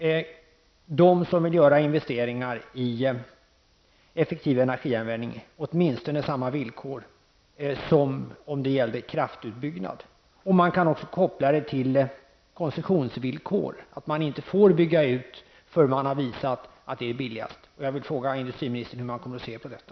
De som vill göra investeringar i effektiv energianvändning kan tillförsäkras åtminstone samma villkor som vid kraftutbyggnad. Man kan också koppla det hela till koncessionsvillkor, dvs. att man inte får bygga ut förrän man har visat att det är billigast. Jag vill fråga industriministern hur han ser på detta.